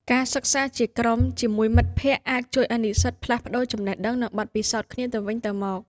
ការសិក្សាជាក្រុមជាមួយមិត្តភ័ក្តិអាចជួយឱ្យនិស្សិតផ្លាស់ប្តូរចំណេះដឹង និងបទពិសោធន៍គ្នាទៅវិញទៅមក។